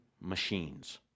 machines